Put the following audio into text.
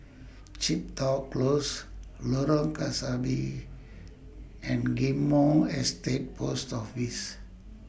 Chepstow Close Lorong Kebasi and Ghim Moh Estate Post Office